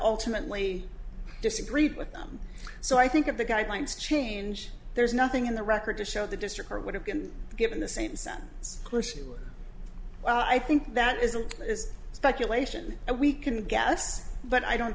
ultimately disagreed with them so i think of the guidelines change there's nothing in the record to show the district or would have been given the same sentence question well i think that isn't is speculation and we can guess but i don't